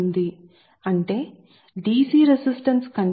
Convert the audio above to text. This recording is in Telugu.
ఆల్ట్రనేటింగ్ కరెంటు కోసం కరెంటు డెన్సిటీ భిన్నం గా ఉంటుంది